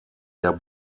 der